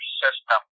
system